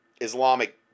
Islamic